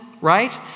right